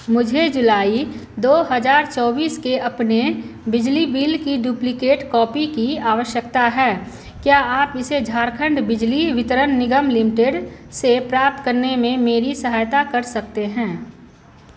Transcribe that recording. मुझे जुलाई दो हज़ार चौबीस के अपने बिजली बिल की डुप्लिकेट कॉपी की आवश्यकता है क्या आप इसे झारखंड बिजली वितरण निगम लिमिटेड से प्राप्त करने में मेरी सहायता कर सकते हैं